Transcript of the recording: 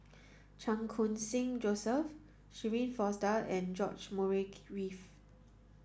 Chan Khun Sing Joseph Shirin Fozdar and George Murray Reith